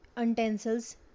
utensils